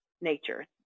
nature